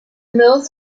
mills